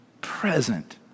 present